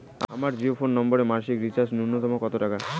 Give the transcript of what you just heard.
আমার জিও ফোন নম্বরে মাসিক রিচার্জ নূন্যতম কত টাকা?